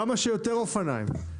כמה שיותר אופניים,